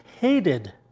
hated